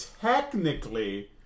technically